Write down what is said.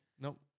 Nope